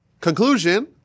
conclusion